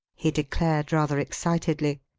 he declared, rather excitedly.